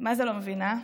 מה-זה לא מבינה,